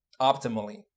Optimally